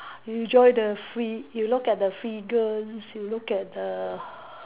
you join the free you look at the figures you look at the